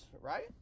right